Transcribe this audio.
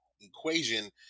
equation